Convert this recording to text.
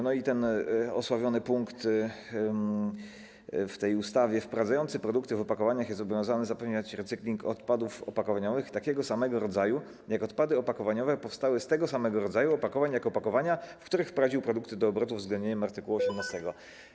No i osławiony punkt w tej ustawie: wprowadzający produkty w opakowaniach jest obowiązany zapewniać recykling odpadów opakowaniowych takiego samego rodzaju jak odpady opakowaniowe powstałe z tego samego rodzaju opakowań jak opakowania, w których wprowadził produkty do obrotu, z uwzględnieniem art. 18.